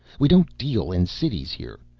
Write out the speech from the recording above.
we don't deal in cities here.